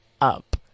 up